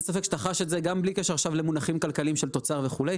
אין ספק שאתה חש את זה גם בלי קשר עכשיו למונחים כלכליים של תוצר וכו'.